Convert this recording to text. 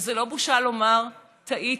וזה לא בושה לומר: טעיתי,